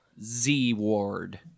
Z-Ward